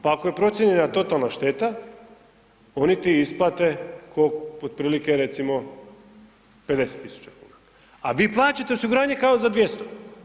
Pa ako je procijenjena totalna šteta oni ti isplate otprilike recimo 50.000 kuna, a vi plaćate osiguranje kao za 200.